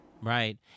Right